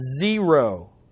zero